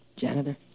Janitor